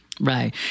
Right